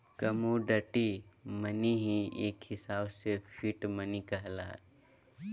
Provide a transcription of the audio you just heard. commodity money ही एक हिसाब से फिएट मनी कहला हय